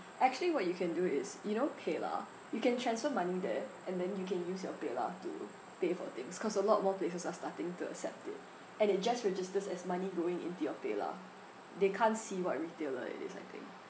actually what you can do is you know paylah you can transfer money there and then you can use your paylah to pay for things cause a lot more places are starting to accept it and it just registers as money going in to your paylah they can't see what retailer it is I think